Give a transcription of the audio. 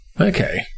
Okay